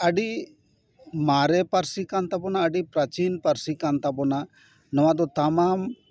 ᱟᱹᱰᱤ ᱢᱟᱨᱮ ᱯᱟᱹᱨᱥᱤ ᱠᱟᱱ ᱛᱟᱵᱚᱱᱟ ᱟᱹᱰᱤ ᱯᱨᱟᱪᱤᱱ ᱯᱟᱹᱨᱥᱤ ᱠᱟᱱ ᱛᱟᱵᱚᱱᱟ ᱱᱚᱣᱟᱫᱚ ᱛᱟᱢᱟᱢ